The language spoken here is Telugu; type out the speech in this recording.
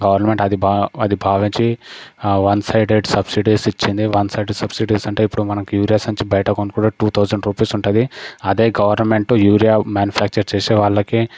గవర్నమెంట్ అది భా అది భావించి వన్ సైడెడ్ సబ్సిడీస్ ఇచ్చింది వన్ సైడెడ్ సబ్సిడీస్ అంటే ఇప్పుడు మనకు యూరియా సంచి బయట కొనుక్కుంటే టూ తౌసండ్ రుపీస్ ఉంటుంది అదే గవర్నమెంట్ యూరియా మ్యానుఫ్యాక్చర్ చేసే వాళ్ళకి